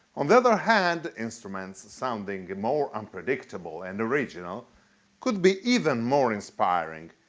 on the other hand, instruments sounding more unpredictable and original could be even more inspiring.